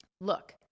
look